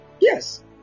Yes